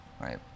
right